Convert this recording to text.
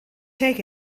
take